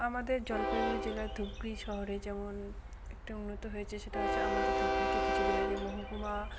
আমাদের জলপাইগুড়ি জেলার ধূপগুড়ি শহরে যেমন একটা উন্নত হয়েছে সেটা হচ্ছে আমাদের ধূপগুড়িকে কিছুদিন আগে মহকুমা